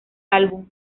álbum